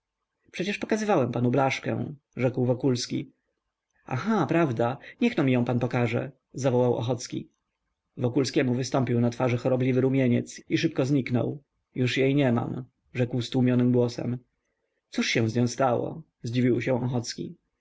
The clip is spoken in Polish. przecież pokazywałem panu blaszkę rzekł wokulski aha prawda niechno ją pan pokaże zawołał ochocki wokulskiemu wystąpił na twarz chorobliwy rumieniec i szybko zniknął już jej nie mam rzekł stłumionym głosem cóż się z nią stało zdziwił się